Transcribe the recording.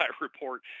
Report